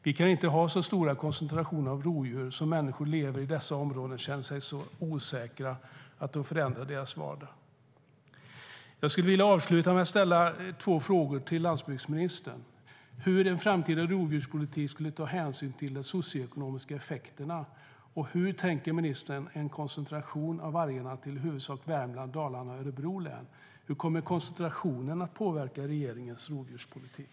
Vi kan inte ha så stora koncentrationer av rovdjur att människor som lever i dessa områden känner sig så osäkra att det förändrar deras vardag. Jag skulle vilja avsluta med att ställa några frågor till landsbygdsministern. Hur kan en framtida rovdjurspolitik ta hänsyn till de socioekonomiska effekterna? Hur tänker ministern om en koncentration av vargarna till i huvudsak Värmland, Dalarna och Örebro län? Hur kommer koncentrationen att påverka regeringens rovdjurspolitik?